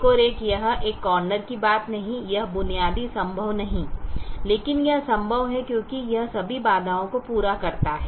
11 यह एक कॉर्नर की बात नहीं है यह बुनियादी संभव नहीं है लेकिन यह संभव है क्योंकि यह सभी बाधाओं को पूरा करता है